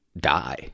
die